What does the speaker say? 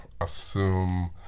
assume